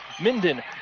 Minden